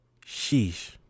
Sheesh